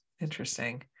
interesting